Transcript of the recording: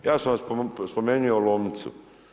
Ja sam spomenuo Lomnicu.